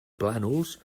plànols